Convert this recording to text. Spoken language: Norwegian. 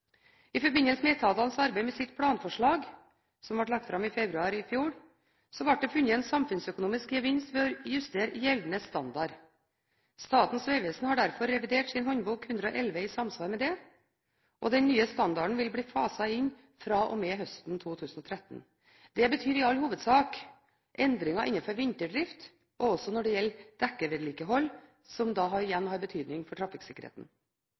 I forbindelse med etatenes arbeid med sitt planforslag, som ble lagt fram i februar i fjor, ble det funnet en samfunnsøkonomisk gevinst ved å justere gjeldende standard. Statens vegvesen har derfor revidert sin Håndbok 111 i samsvar med det, og den nye standarden vil bli faset inn fra og med høsten 2013. Det betyr i all hovedsak endringer innenfor vinterdrift og dekkevedlikehold, som igjen har betydning for trafikksikkerheten.